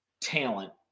talent